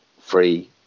free